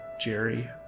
Jerry